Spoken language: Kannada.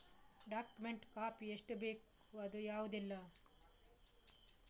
ಡಾಕ್ಯುಮೆಂಟ್ ಕಾಪಿ ಎಷ್ಟು ಬೇಕು ಅದು ಯಾವುದೆಲ್ಲ?